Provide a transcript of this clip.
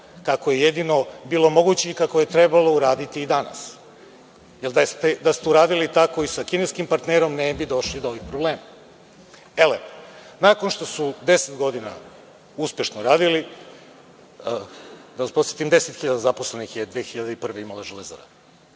kako je jedino bilo moguće i kako je trebalo uraditi i danas. Da ste uradili tako i sa kineskim partnerom, ne bi došli do ovih problema. Elem, nakon što su deset godina uspešno radili, da vas podsetim, 10.000 zaposlenih je 2001. godine imala „Železara“.